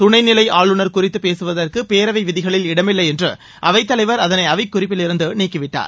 துணை நிலை ஆளுநர் குறித்து பேசுவதற்கு பேரவை விதிகளில் இடமில்லை என்று அவைத் தலைவர் அதனை அவைக்குறிப்பில் இருந்து நீக்கிவிட்டார்